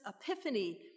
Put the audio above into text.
Epiphany